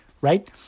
right